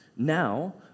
Now